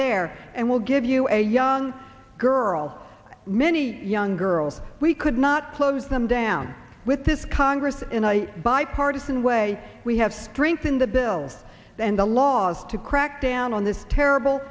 there and we'll give you a young girl many young girls we could not close them down with this congress and i bipartisan way we have strengthened the bill and the laws to crack down on this terrible